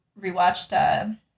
rewatched